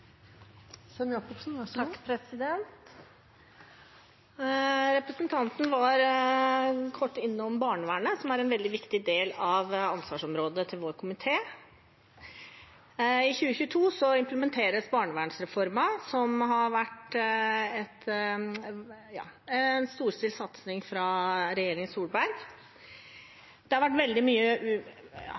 en veldig viktig del av ansvarsområdet til vår komité. I 2022 implementeres barnevernsreformen, som har vært en storstilt satsing fra regjeringen Solberg. Det har vært veldig mye